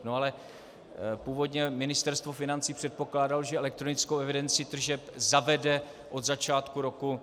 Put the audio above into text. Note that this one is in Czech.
No ale původně Ministerstvo financí předpokládalo, že elektronickou evidenci tržeb zavede od začátku roku 2016.